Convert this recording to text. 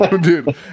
dude